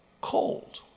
cold